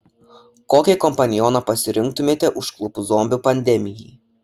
kokį kompanioną pasirinktumėte užklupus zombių pandemijai